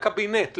לקבינט,